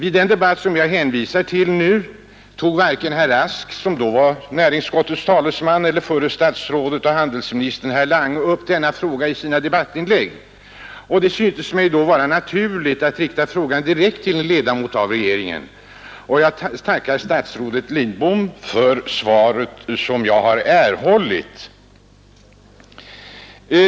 Under debatten tog varken herr Rask, som var näringsutskottets talesman, eller förre statsrådet och handelsministern herr Lange upp denna fråga i sina inlägg. Det syntes mig därför rätt naturligt att rikta frågan direkt till en ledamot av regeringen, och jag tackar statsrådet Lidbom för det svar som jag har erhållit.